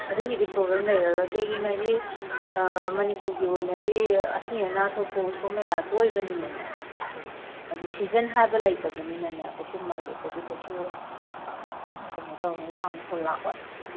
ꯑꯗꯨꯒꯤꯗꯤ ꯄ꯭ꯔꯣꯕ꯭ꯂꯦꯝ ꯂꯩꯔꯔꯣꯏ ꯀꯩꯒꯤꯅꯣ ꯍꯥꯏꯗꯤ ꯃꯅꯤꯄꯨꯔꯒꯤ ꯑꯣꯏꯅꯗꯤ ꯑꯁꯤ ꯑꯅꯥ ꯊꯣꯛꯄ ꯎꯁꯣꯞ ꯃꯦꯂꯥ ꯇꯣꯏꯕꯅꯤꯅꯅꯦ ꯍꯥꯏꯗꯤ ꯁꯤꯖꯟ ꯍꯥꯏꯕ ꯂꯩꯇꯕꯅꯤꯅꯅꯦ ꯀꯩꯁꯨꯝ ꯃꯥꯔꯀꯦꯠꯇꯗꯤ ꯀꯩꯁꯨ ꯀꯩꯅꯣ ꯇꯧꯔꯣꯏ ꯗꯥꯎꯟꯐꯣꯜ ꯂꯥꯛꯑꯣꯏ